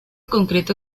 concreto